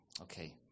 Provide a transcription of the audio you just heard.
okay